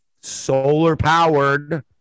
solar-powered